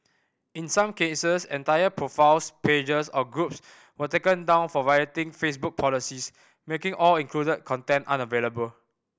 in some cases entire profiles pages or groups were taken down for violating Facebook policies making all included content unavailable